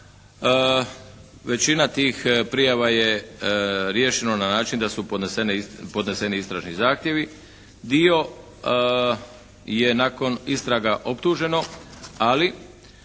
Većina tih prijava je riješeno na način da su podneseni istražni zahtjevi. Dio je nakon istraga optuženo, ali